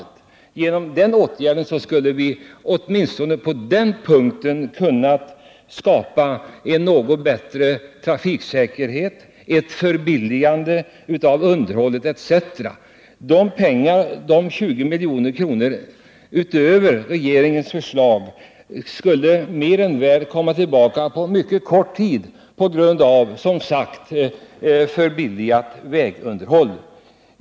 Genom en sådan åtgärd skulle vi åtminstone på den punkten kunna skapa en något bättre trafiksäkerhet, ett förbilligande av underhållet. De 20 milj.kr. utöver regeringens förslag skulle mer än väl komma tillbaka på mycket kort tid på grund av, som sagt, ett förbilligande av vägunderhållet.